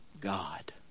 God